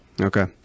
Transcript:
Okay